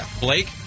Blake